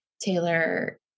Taylor